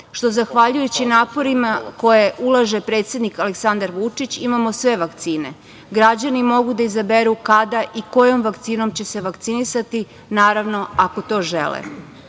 što zahvaljujući naporima koje ulaže predsednik Aleksandar Vučić imamo sve vakcine. Građani mogu da izaberu kada i kojom vakcinom će se vakcinisati, naravno ako to